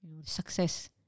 success